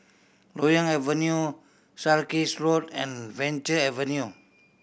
Loyang Avenue Sarkies Road and Venture Avenue